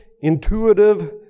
intuitive